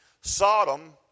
Sodom